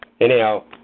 Anyhow